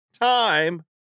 time